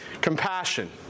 compassion